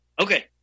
okay